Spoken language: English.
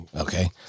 Okay